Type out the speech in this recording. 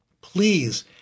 please